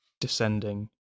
descending